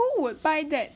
who would buy that